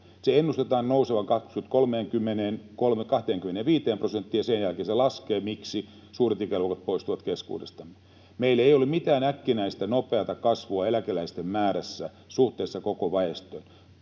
Sen ennustetaan nousevan 25 prosenttiin 2030, ja sen jälkeen se laskee. Miksi? Suuret ikäluokat poistuvat keskuudestamme. Meillä ei ole mitään äkkinäistä, nopeata kasvua eläkeläisten määrässä suhteessa koko väestöön.